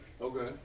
Okay